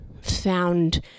found